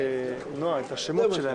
מטעם משרד המשפטים,